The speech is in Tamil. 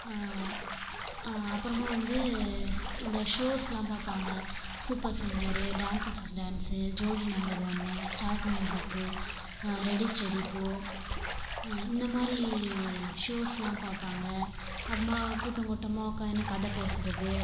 அப்புறமா வந்து அந்த ஷோஸ்லாம் பார்ப்பாங்க super singer dancers with dance Jodi number one start music ready steady go இந்தமாதிரி ஷோஸ்லாம் பார்ப்பாங்க அம்மா கூட்டங்கூட்டமாக உட்காந்துன்னு கதை பேசுவது